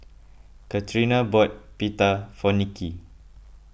Catrina bought Pita for Nicki